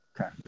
Okay